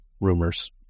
rumors